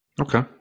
Okay